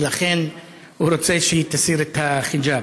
לכן הוא רוצה שהיא תסיר את החיג'אב,